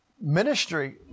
Ministry